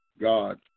God